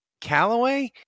Callaway